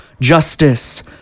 justice